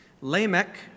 Lamech